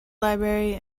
library